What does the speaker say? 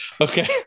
okay